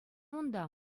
унта